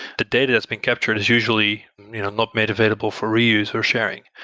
the data that's been captured is usually you know not made available for reuse or sharing.